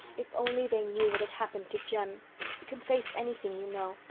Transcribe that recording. if only they knew what had happened to jem you can face anything you know.